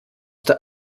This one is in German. der